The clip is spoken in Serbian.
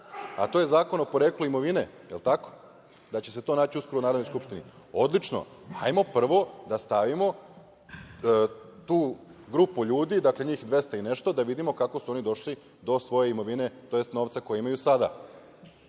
a to je Zakon o poreklu imovine, da će se to uskoro naći u Narodnoj skupštini. Odlično, ajmo prvo da stavimo tu grupu ljudi, dakle, njih 200 i nešto da vidimo kako su oni došli do svoje imovine, tj. novca koji imaju